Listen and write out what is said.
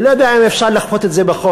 אני לא יודע אם אפשר לכפות את זה בחוק,